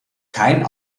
kein